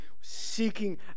seeking